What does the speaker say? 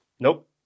nope